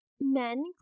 men